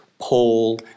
Paul